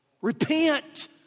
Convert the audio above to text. Repent